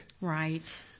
Right